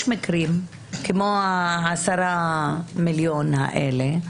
כמו ה-10 מיליון האלה,